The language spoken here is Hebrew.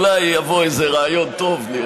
אולי יבוא איזה רעיון טוב.